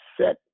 set